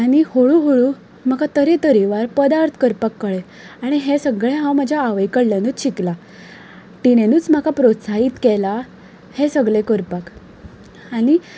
आनी हळूहळू म्हाका तरेतरेवार पध्दार्थ करपाक कळ्ळे आनी हें सगळें हांव म्हज्या आवय कडल्यानच शिकलां तिणेंनच म्हाका प्रोत्साहीत केलां हें सगळें करपाक आनी